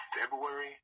February